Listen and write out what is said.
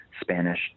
Spanish